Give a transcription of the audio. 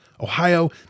Ohio